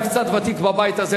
אני קצת ותיק בבית הזה,